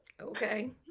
Okay